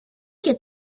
get